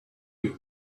you